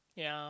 ya